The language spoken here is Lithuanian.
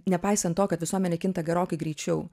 nepaisant to kad visuomenė kinta gerokai greičiau